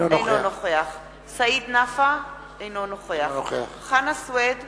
אינו נוכח סעיד נפאע, אינו נוכח חנא סוייד,